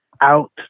out